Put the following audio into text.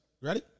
ready